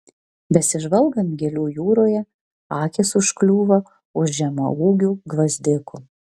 besižvalgant gėlių jūroje akys užkliūva už žemaūgių gvazdikų